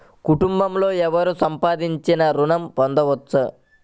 కుటుంబంలో ఎవరు సంపాదించినా ఋణం పొందవచ్చా?